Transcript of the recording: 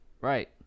Right